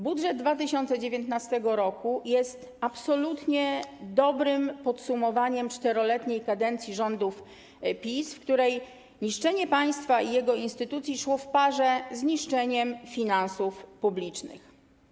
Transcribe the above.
Budżet 2019 r. jest absolutnie dobrym podsumowaniem 4-letniej kadencji rządów PiS, podczas której niszczenie państwa i jego instytucji szło w parze z niszczeniem finansów publicznych.